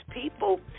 people